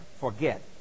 forget